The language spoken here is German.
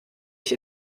ich